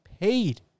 paid